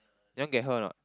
you want get her or not